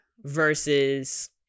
Versus